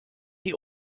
die